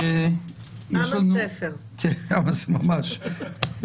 אלו עבירות שקשורות לרכישת בלוני גז ממה